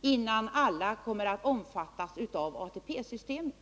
innan alla kommer att omfattas av ATP-systemet.